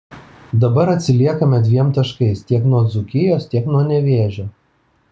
dabar atsiliekame dviem taškais tiek nuo dzūkijos tiek nuo nevėžio